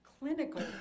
Clinical